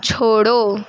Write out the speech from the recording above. छोड़ो